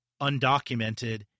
undocumented